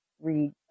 read